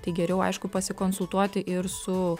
tai geriau aišku pasikonsultuoti ir su